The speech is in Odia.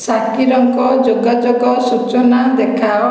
ସାକିରଙ୍କ ଯୋଗାଯୋଗ ସୂଚନା ଦେଖାଅ